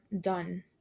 done